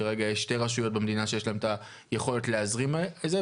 שכרגע יש שתי רשויות במדינה שיש להן את היכולת להזרים את זה,